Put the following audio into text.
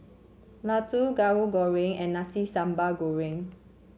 laddu Tahu Goreng and Nasi Sambal Goreng